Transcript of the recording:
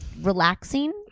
relaxing